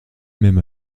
même